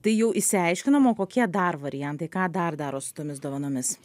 tai jau išsiaiškinom o kokie dar variantai ką dar daro su tomis dovanomis